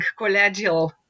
collegial